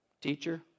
teacher